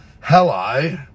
Hello